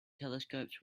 telescopes